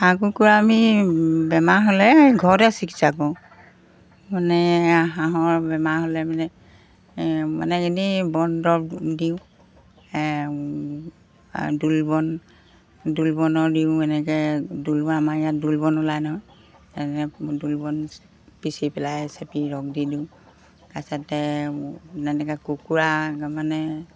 হাঁহ কুকুৰা আমি বেমাৰ হ'লে ঘৰতে চিকিৎসা কৰোঁ মানে হাঁহৰ বেমাৰ হ'লে মানে মানে এনেই বন দৰৱ দিওঁ দোলবন দোলবনৰ দিওঁ এনেকৈ দোলবন আমাৰ ইয়াত দোলবন ওলাই নহয় এনেকৈ দোলবন পিচি পেলাই চেপি ৰস দি দিওঁ তাৰপিছতে এনেকৈ কুকুৰা তাৰমানে